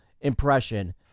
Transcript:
impression